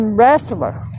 wrestler